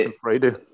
Friday